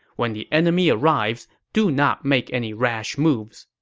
when the enemy arrives, do not make any rash moves.